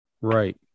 right